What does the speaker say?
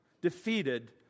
defeated